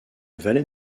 valet